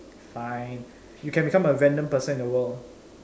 fine you can become a random person in the world